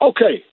Okay